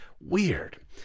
weird